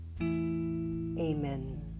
Amen